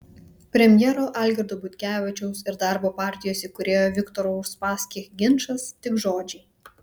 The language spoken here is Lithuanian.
premjero algirdo butkevičiaus ir darbo partijos įkūrėjo viktoro uspaskich ginčas tik žodžiai